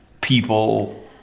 people